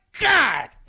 God